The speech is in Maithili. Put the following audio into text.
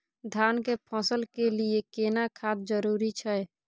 धान के फसल के लिये केना खाद जरूरी छै?